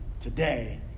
today